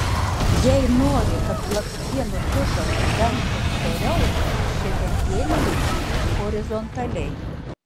jei nori kad blakstienų tušas dengtų storiau šepetėlį laikyk horizontaliai